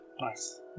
Nice